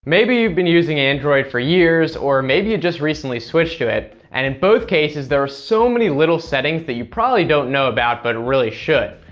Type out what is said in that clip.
maybe you've been using android for years, or maybe you just recently switched to. and in both cases, there are so many little settings that you probably don't know about, but really should.